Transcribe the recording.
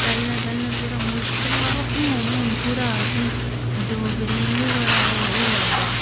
पैह्ले पैह्लें थोह्ड़ा मुश्कल हा ब हून हून थोह्ड़ा असेंई डोगरी बी बड़ा ओ होआ दा